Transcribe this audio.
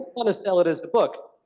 wanna sell it as a book.